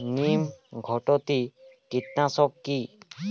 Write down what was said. নিম ঘটিত কীটনাশক কি?